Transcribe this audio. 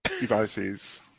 devices